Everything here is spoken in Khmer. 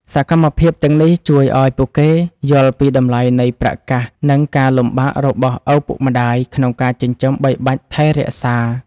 សកម្មភាពទាំងនេះជួយឱ្យពួកគេយល់ពីតម្លៃនៃប្រាក់កាសនិងការលំបាករបស់ឪពុកម្តាយក្នុងការចិញ្ចឹមបីបាច់ថែរក្សា។